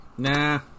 Nah